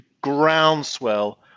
groundswell